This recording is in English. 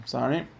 Sorry